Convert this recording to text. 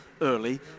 early